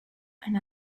and